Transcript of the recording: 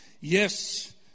yes